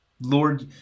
Lord